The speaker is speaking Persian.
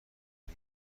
این